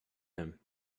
him